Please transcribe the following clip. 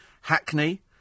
Hackney